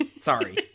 sorry